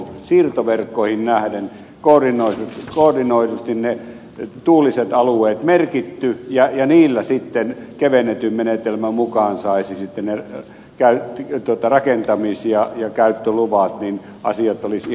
siirtoverkkoihin nähden koordinoidusti ne tuuliset alueet merkitty ja niillä sitten kevennetyn menetelmän mukaan saisi ne rakentamis ja käyttöluvat niin asiat olisi